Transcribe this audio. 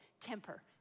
Temper